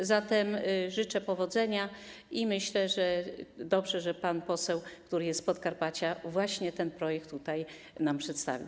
A zatem życzę powodzenia i myślę, że dobrze, że pan poseł, który jest z Podkarpacia, właśnie ten projekt tutaj nam przedstawił.